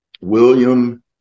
William